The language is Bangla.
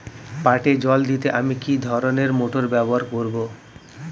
পাটে জল দিতে আমি কি ধরনের মোটর ব্যবহার করব?